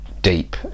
deep